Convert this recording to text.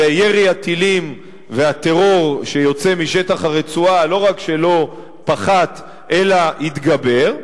וירי הטילים והטרור שיוצא משטח הרצועה לא רק שלא פחת אלא התגבר.